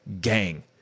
gang